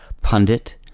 pundit